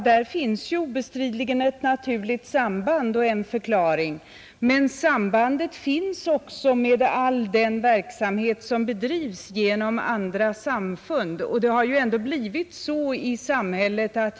Där finns obestridligen ett naturligt samband och en förklaring, men det finns också ett samband av annat slag med all den verksamhet som bedrivs genom andra samfund.